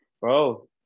Bro